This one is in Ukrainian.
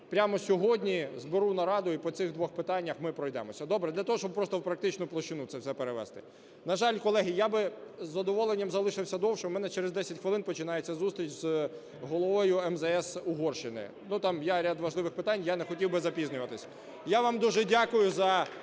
Прямо сьогодні зберу нараду, і по цих двох питаннях ми пройдемося. Добре? Для того, щоб просто в практичну площину це все перевести. На жаль, колеги, я би з задоволенням залишився довше, в мене через 10 хвилин починається зустріч з головою МЗС Угорщини, там є ряд важливих питань, я не хотів би запізнюватися. Я вам дуже дякую за